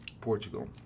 Portugal